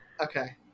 Okay